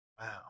Wow